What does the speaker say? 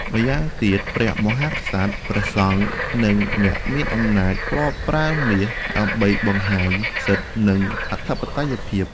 ម្យ៉ាងទៀត ព្រះមហាក្សត្រ ព្រះសង្ឃ និងអ្នកមានអំណាច ធ្លាប់ប្រើមាសដើម្បីបង្ហាញសិទ្ធិ និងអធិបតេយ្យភាព។